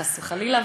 חס וחלילה,